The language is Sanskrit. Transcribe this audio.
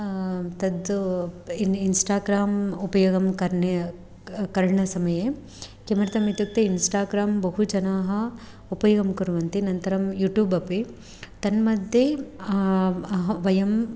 तत् इन् इन्स्टाग्राम् उपयोगं करणे करणसमये किमर्थम् इत्युक्ते इन्स्टाग्राम् बहु जनाः उपयोगं कुर्वन्ति नन्तरं यूट्यूब् अपि तन्मध्ये अहं वयं